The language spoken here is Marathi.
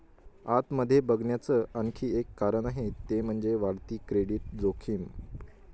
आत मध्ये बघण्याच आणखी एक कारण आहे ते म्हणजे, वाढती क्रेडिट जोखीम